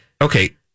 Okay